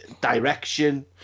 direction